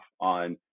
on